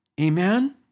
Amen